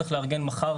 צריך לארגן מחר,